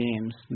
games